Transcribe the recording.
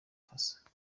faso